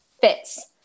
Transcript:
fits